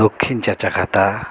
দক্ষিণ চাচাখাতা